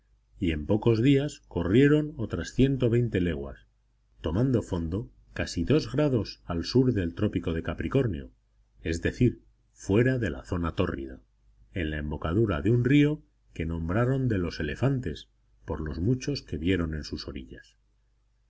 y en pocos días corrieron otras ciento veinte leguas tomando fondo casi dos grados al sur del trópico de capricornio es decir fuera de la zona tórrida en la embocadura de un río que nombraron de los elefantes por los muchos que vieron en sus orillas